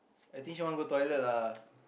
I think she want go toilet lah